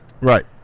Right